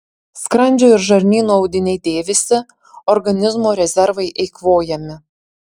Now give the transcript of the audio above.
skrandžio ir žarnyno audiniai dėvisi organizmo rezervai eikvojami